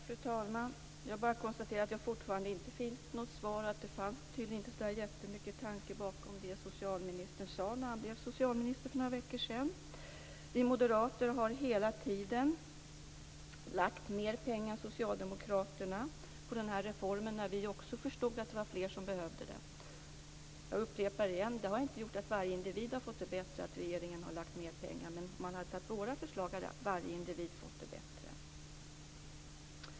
Fru talman! Jag bara konstaterar att jag inte nu heller fick något svar och att det tydligen inte fanns så jättemycket tanke bakom det socialministern sade när han blev socialminister för några veckor sedan. Vi moderater har hela tiden lagt mer pengar än socialdemokraterna på den här reformen, sedan vi också förstod att det var fler som behövde den. Jag upprepar: Att regeringen har lagt mer pengar har inte gjort att varje individ har fått det bättre. Om man däremot hade följt våra förslag hade varje individ fått det bättre.